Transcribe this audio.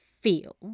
feel